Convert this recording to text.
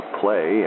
play